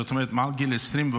זאת אומרת מעל 20 ומעלה,